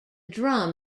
drum